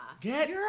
Get